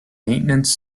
maintenance